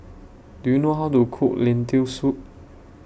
Do YOU know How to Cook Lentil Soup